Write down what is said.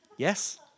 Yes